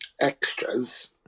Extras